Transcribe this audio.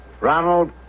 Ronald